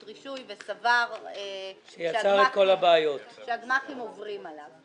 (רישוי) וסבר שהגמ"חים עוברים אליו.